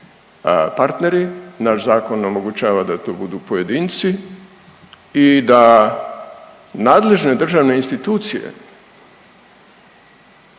partneri, naš zakon omogućava da to budu pojedinci i da nadležne državne institucije